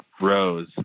rose